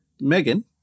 Megan